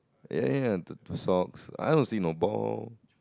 ya ya t~ two socks I no see no ball